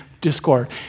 discord